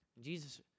Jesus